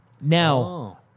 Now